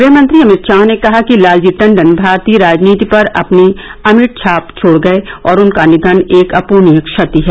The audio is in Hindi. गृहमंत्री अमित शाह ने कहा कि लालजी टंडन भारतीय राजनीति पर अपनी अमिट छाप छोड़ गए और उनका निधन एक अप्रणीय क्षति है